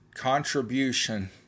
contribution